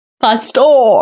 Pastor